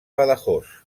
badajoz